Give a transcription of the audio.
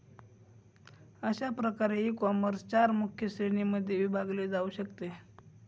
अशा प्रकारे ईकॉमर्स चार मुख्य श्रेणींमध्ये विभागले जाऊ शकते